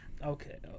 Okay